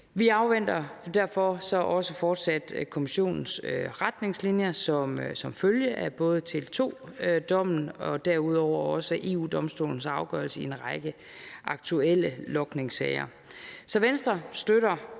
Vi afventer så derfor også fortsat Kommissionens retningslinjer som følge af både Tele2-dommen og derudover også EU-Domstolens afgørelser i en række aktuelle logningssager. Så Venstre støtter